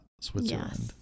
Switzerland